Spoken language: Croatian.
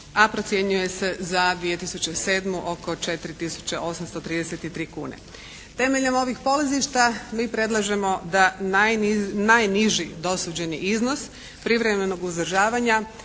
a procjenjuje se za 2007. oko 4 tisuće 833 kune. Temeljem ovih polazišta mi predlažemo da najniži dosuđeni iznos privremenog uzdržavanja